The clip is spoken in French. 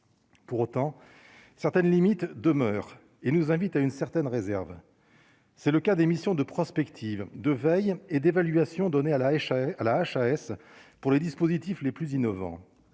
pour autant, certaines limites demeurent et nous invite à une certaine réserve, c'est le cas d'missions de prospective, de veille et d'évaluation donnée à l'achat à la HAS pour les dispositifs les plus innovants